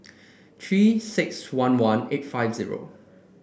Three six one one eight five zero